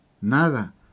nada